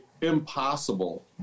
impossible